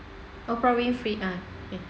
oprah winfrey err okay